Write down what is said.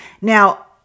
Now